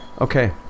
okay